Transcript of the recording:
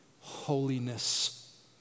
holiness